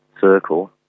circle